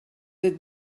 être